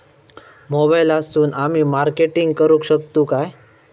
मोबाईलातसून आमी मार्केटिंग करूक शकतू काय?